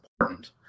important